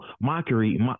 mockery